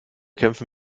kämpfen